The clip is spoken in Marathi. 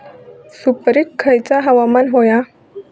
सुपरिक खयचा हवामान होया?